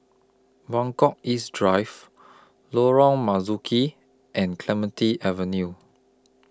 Buangkok East Drive Lorong Marzuki and Clementi Avenue